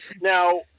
Now